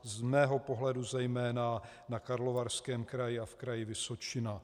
Z mého pohledu zejména na Karlovarském kraji a v Kraji Vysočina.